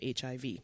HIV